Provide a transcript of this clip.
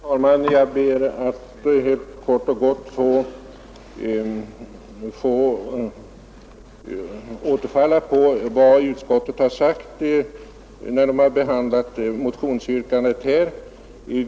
Herr talman! Jag ber att helt kort och gott få återfalla på vad utskottet har sagt när det har behandlat motionsyrkandet på den här punkten.